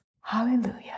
Hallelujah